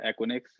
Equinix